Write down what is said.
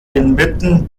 inmitten